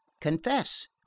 confess